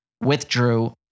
withdrew